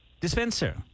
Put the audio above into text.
dispenser